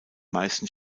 meisten